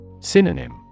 Synonym